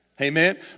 Amen